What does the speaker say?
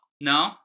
No